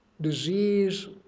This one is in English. disease